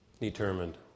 Determined